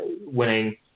winning